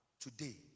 today